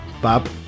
Bob